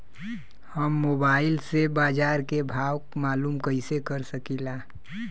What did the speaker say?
हम मोबाइल से बाजार के भाव मालूम कइसे कर सकीला?